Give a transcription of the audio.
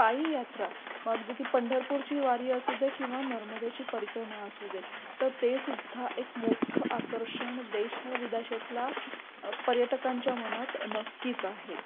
पाईयात्रा मग अगदी ती पंढरपूरची वारी असू दे किंवा नर्मदेची परिक्रमा असू दे तर ते सुद्धा एक मोठं आकर्षण देशविददेशातल्या पर्यटकांच्या मनात नक्कीच आहे